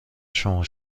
شما